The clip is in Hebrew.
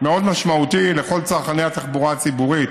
לכל צרכני התחבורה הציבורית.